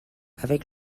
avec